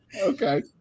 Okay